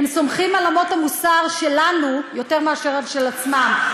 הם סומכים על אמות המוסר שלנו יותר מאשר על של עצמם,